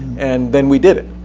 and then we did it.